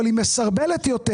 אבל היא מסרבלת יותר